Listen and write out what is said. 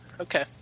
Okay